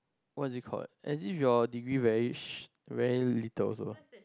what's you called have is your degree very sh~ very little also